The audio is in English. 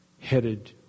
headed